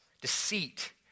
deceit